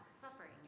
Suffering